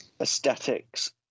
aesthetics